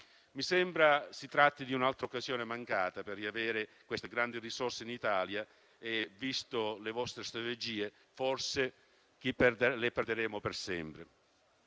Mi sembra si tratti di un'altra occasione mancata per riavere grandi risorse in Italia e, viste le vostre strategie, forse le perderemo per sempre.